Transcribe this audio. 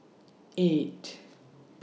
eight